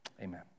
amen